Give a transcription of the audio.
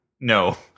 No